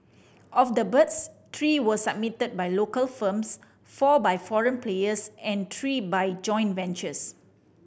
of the birds three were submitted by local firms four by foreign players and three by joint ventures